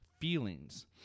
feelings